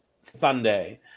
Sunday